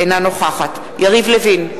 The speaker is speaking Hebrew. אינה נוכחת יריב לוין,